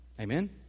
Amen